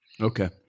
okay